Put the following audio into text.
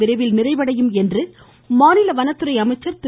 விரைவில் நிறைவடையும் என்று மாநில வனத்துறை அமைச்சர் திரு